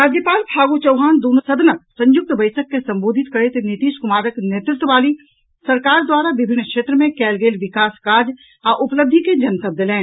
राज्यपाल फागू चौहान दुनू सदनक संयुक्त बैसक के संबोधित करैत नीतीश कुमारक नेतृत्व वाली सरकार द्वारा विभिन्न क्षेत्र मे कयल गेल विकास काज आ उपलब्धि के जनतब देलनि